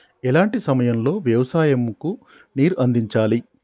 ఎలాంటి సమయం లో వ్యవసాయము కు నీరు అందించాలి?